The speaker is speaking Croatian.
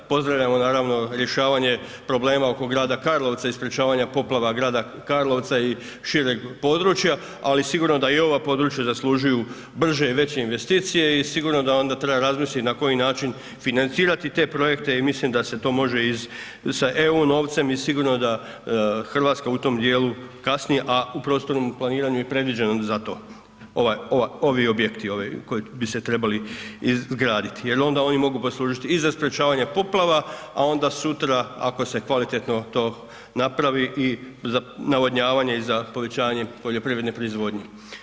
Pozdravljamo naravno rješavanje problema oko grada Karlovca i sprječavanja poplava grada Karlovca i šireg područja ali sigurno da i ova područja zaslužuju brže i veće investicije i sigurno da onda treba razmisliti na koji način financirati te projekte i mislim da se to može sa EU novcem i sigurno da Hrvatska u tom djelu kasni a u prostornom planiranju je predviđeno za to ovi objekti koji bi se trebalo izgraditi jer onda oni mogu poslužiti i za sprječavanje poplava a onda sutra ako se kvalitetno to napravi i navodnjavanje i za povećanje poljoprivredne proizvodnje.